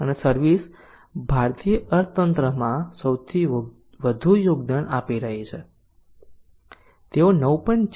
અને સર્વિસ ભારતીય અર્થતંત્રમાં સૌથી વધુ યોગદાન આપી રહી છે તેઓ 9